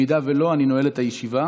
אם לא, אני נועל את הישיבה.